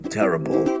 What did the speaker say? terrible